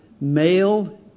Male